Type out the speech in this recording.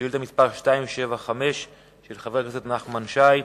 ביום כ"ג בתמוז התשס"ט